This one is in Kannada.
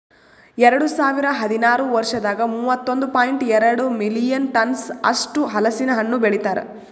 ಎರಡು ಸಾವಿರ ಹದಿನಾರು ವರ್ಷದಾಗ್ ಮೂವತ್ತೊಂದು ಪಾಯಿಂಟ್ ಎರಡ್ ಮಿಲಿಯನ್ ಟನ್ಸ್ ಅಷ್ಟು ಹಲಸಿನ ಹಣ್ಣು ಬೆಳಿತಾರ್